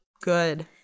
Good